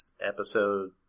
episode